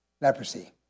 leprosy